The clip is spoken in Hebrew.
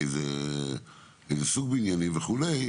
אילו סוגי בניינים וכו'